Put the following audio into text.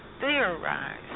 theorize